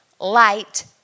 light